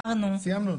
(4).